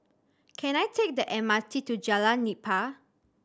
can I take the M R T to Jalan Nipah